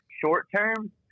short-term